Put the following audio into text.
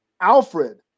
Alfred